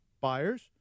buyers